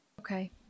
Okay